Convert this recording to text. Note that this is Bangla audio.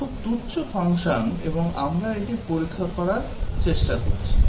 খুব তুচ্ছ ফাংশন এবং আমরা এটি পরীক্ষা করার চেষ্টা করছি